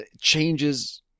changes